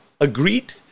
agreed